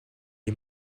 est